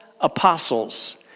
apostles